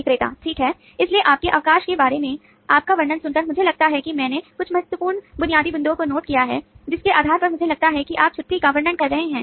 विक्रेता ठीक है इसलिए आपके अवकाश के बारे में आपका वर्णन सुनकर मुझे लगता है कि मैंने कुछ महत्वपूर्ण बुनियादी बिंदुओं को नोट किया है जिनके आधार पर मुझे लगता है कि आप छुट्टी का वर्णन कर सकते हैं